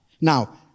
Now